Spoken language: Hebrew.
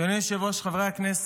אדוני היושב-ראש, חברי הכנסת,